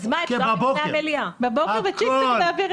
בבוקר, בואו נעשה